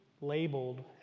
labeled